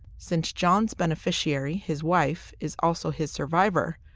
since john's beneficiary, his wife, is also his survivor,